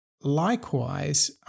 likewise